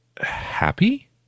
happy